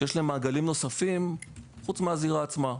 שיש להם מעגלים נוספים חוץ מהזירה עצמה.